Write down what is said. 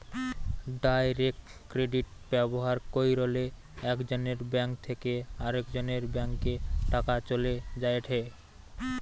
direct credit ব্যবহার কইরলে একজনের ব্যাঙ্ক থেকে আরেকজনের ব্যাংকে টাকা চলে যায়েটে